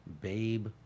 babe